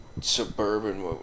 suburban